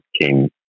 came